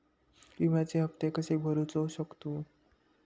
विम्याचे हप्ते कसे भरूचो शकतो?